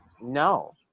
no